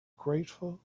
grateful